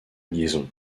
liaison